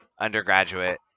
undergraduate